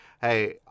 hey